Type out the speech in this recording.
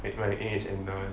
like my age and err